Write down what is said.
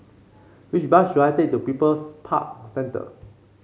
which bus should I take to People's Park Centre